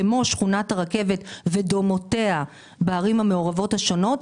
כמו שכונת הרכבת ודומותיה בערים המעורבות השונות.